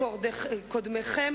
חוק-היסוד הזה?